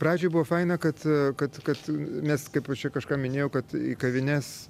pradžioj buvo faina kad kad kad nes kaip aš čia kažką minėjau kad į kavines